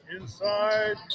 Inside